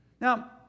Now